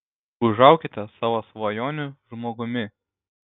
užaukite savo svajonių žmogumi